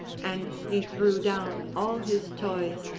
and he threw down all his toys,